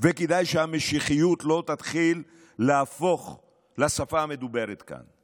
וכדאי שהמשיחיות לא תתחיל להפוך לשפה המדוברת כאן.